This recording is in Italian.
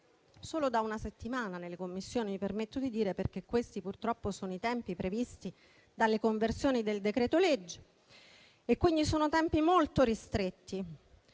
solo da una settimana nelle Commissioni, perché questi purtroppo sono i tempi previsti dalle conversioni dei decreti-legge. Sono tempi molto ristretti.